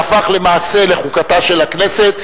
שהפך למעשה לחוקתה של הכנסת.